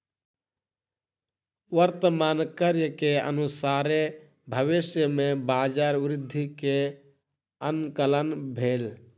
वर्तमान कार्य के अनुसारे भविष्य में बजार वृद्धि के आंकलन भेल